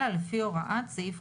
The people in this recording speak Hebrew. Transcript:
שיפעל, אם לא, שלא יפעל.